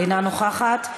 אינה נוכחת,